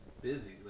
Busy